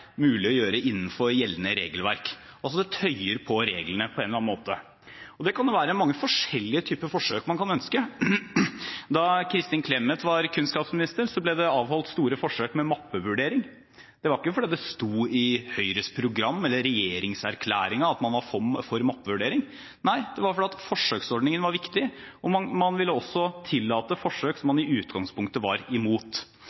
mulig å gjøre innenfor gjeldende regelverk. Det tøyer altså reglene på en eller annen måte. Det kan være mange forskjellige typer forsøk man kan ønske. Da Kristin Clemet var kunnskapsminister, ble det avholdt store forsøk med mappevurdering, og det var ikke fordi det sto i Høyres program, eller i regjeringserklæringen, at man var for mappevurdering. Nei, det var fordi forsøksordningen var viktig, og man ville også tillate forsøk som